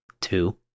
two